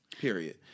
period